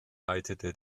leitete